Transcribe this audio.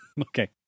Okay